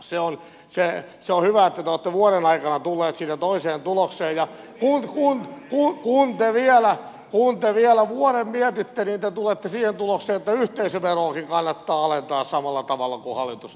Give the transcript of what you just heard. se on hyvä että te olette vuoden aikana tulleet siitä toiseen tulokseen ja kun te vielä vuoden mietitte niin te tulette siihen tulokseen että yhteisöveroakin kannattaa alentaa samalla tavalla kuin hallitus on alentanut